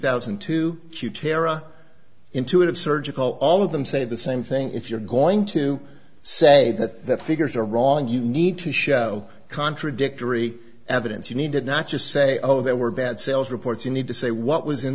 thousand and two q terra intuitive surgical all of them say the same thing if you're going to say that figures are wrong you need to show contradictory evidence you need to not just say oh they were bad sales reports you need to say what was in